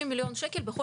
אז יעברו 90 מיליון שקל?